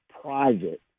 private